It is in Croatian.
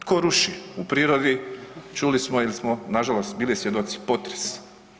Tko ruši u prirodi, čuli smo jer smo nažalost bili svjedoci potresa.